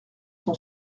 son